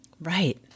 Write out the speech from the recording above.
Right